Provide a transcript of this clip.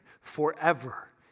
forever